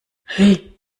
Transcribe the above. hey